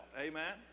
Amen